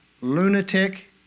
lunatic